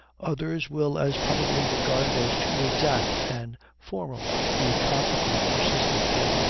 others will as probably regard it as too exact and formal to be constantly persisted in,